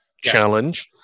challenge